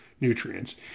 nutrients